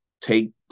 take